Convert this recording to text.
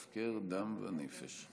הפקר דם ונפש.